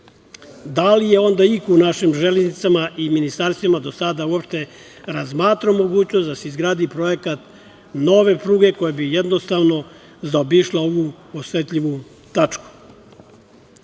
da li je onda iko u našim železnicama i ministarstvima uopšte razmatrao mogućnost da se izgradi projekat nove pruge koja bi jednostavno zaobišla ovu osetljivu